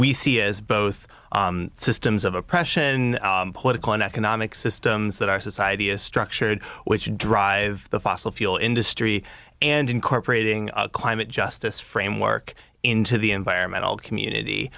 we see is both systems of oppression political and economic systems that our society is structured which drive the fossil fuel industry and incorporating climate just this framework into the environmental community